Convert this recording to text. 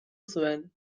zuen